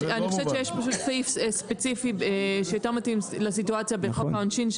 אני חושבת שיש סעיף ספציפי שיותר מתאים לסיטואציה בחוק העונשין,